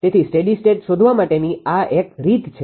તેથી steady state શોધવા માટેની આ એક રીત છે